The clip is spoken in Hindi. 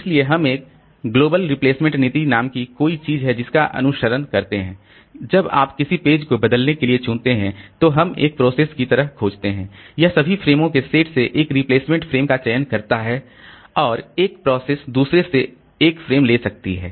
इसलिए हम एक वैश्विक रिप्लेसमेंट नीति नाम की कोई चीज है जिसका अनुसरण करते हैं जब आप किसी पेज को बदलने के लिए चुनते हैं तो हम एक प्रोसेस की तरह खोजते हैं यह सभी फ्रेमों के सेट से एक रिप्लेसमेंट फ्रेम का चयन करता है और एक प्रोसेस दूसरे से एक फ्रेम ले सकती है